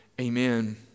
amen